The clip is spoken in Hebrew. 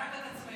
רק את עצמכם.